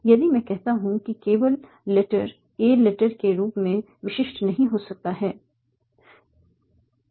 यदि मैं कहता हूं कि केवल 'लेटर' 'ए लेटर' के रूप में विशिष्ट नहीं हो सकता है